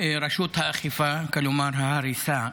רשות האכיפה, כלומר, ההריסה,